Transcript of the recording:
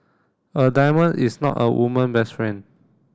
a diamond is not a woman best friend